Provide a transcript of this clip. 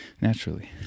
naturally